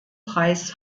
preis